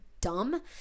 dumb